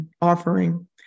offering